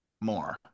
More